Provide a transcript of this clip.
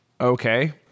Okay